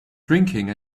drinking